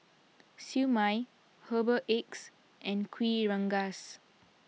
Siew Mai Herbal Eggs and Kuih Rengas